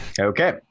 Okay